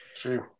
true